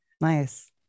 Nice